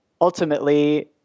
ultimately